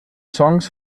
songs